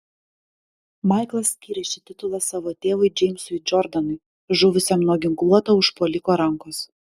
maiklas skyrė šį titulą savo tėvui džeimsui džordanui žuvusiam nuo ginkluoto užpuoliko rankos